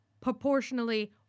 proportionally